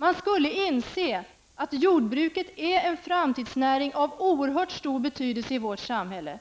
Man skulle inse att jordbruket är en framtidsnäring av oerhört stor betydelse i vårt samhälle.